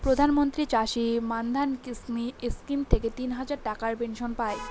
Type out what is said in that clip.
প্রধান মন্ত্রী চাষী মান্ধান স্কিম থেকে তিন হাজার টাকার পেনশন পাই